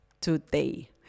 today